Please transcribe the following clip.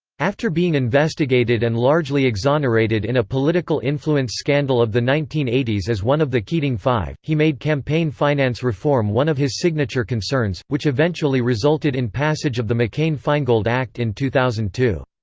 after being investigated and largely exonerated in a political influence scandal of the nineteen eighty s as one of the keating five, he made campaign finance reform one of his signature concerns, which eventually resulted in passage of the mccain-feingold act in two thousand and two.